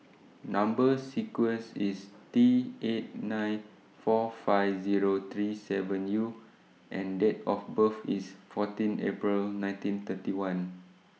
Number sequence IS T eight nine four five Zero three seven U and Date of birth IS fourteen April nineteen thirty one